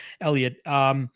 Elliot